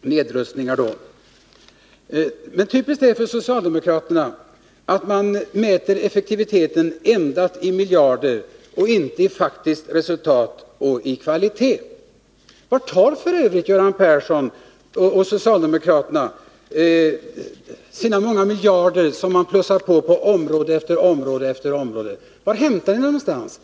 nedrustningar. Det är typiskt för socialdemokraterna att mäta effektiviteten endast i miljarder och inte i faktiska resultat eller i kvalitet. Var tar f. ö. Göran Persson och socialdemokraterna sina många miljarder, som de på område efter område plussar på? Var hämtar ni dem någonstans?